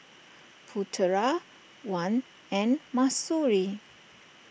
Putra Wan and Mahsuri